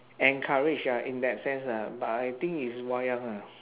encourage ah in that sense lah but I think it's wayang ah